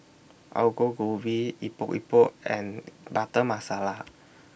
Aloo Go Gobi Epok Epok and Butter Masala